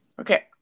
Okay